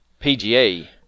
PGA